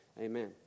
Amen